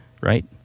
right